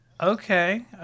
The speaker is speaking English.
Okay